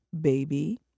baby